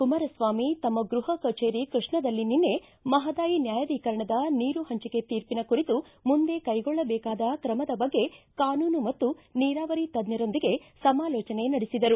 ಕುಮಾರಸ್ವಾಮಿ ತಮ್ಮ ಗೃಹ ಕಚೇರಿ ಕೃಷ್ಣಾದಲ್ಲಿ ನಿನ್ನೆ ಮಹದಾಯಿ ನ್ಯಾಯಾಧಿಕರಣದ ನೀರು ಹಂಚಿಕೆ ತೀರ್ಪಿನ ಕುರಿತು ಮುಂದೆ ಕೈಗೊಳ್ಳದೇಕಾದ ಕ್ರಮದ ಬಗ್ಗೆ ಕಾನೂನು ಮತ್ತು ನೀರಾವರಿ ತಜ್ಜರೊಂದಿಗೆ ಸಮಾಲೋಚನೆ ನಡೆಸಿದರು